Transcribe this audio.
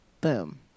Boom